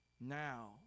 Now